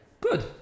Good